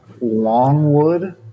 Longwood